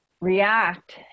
react